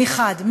מחד גיסא.